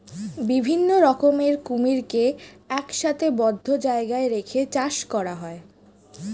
বিভিন্ন রকমের কুমিরকে একসাথে বদ্ধ জায়গায় রেখে চাষ করা হয়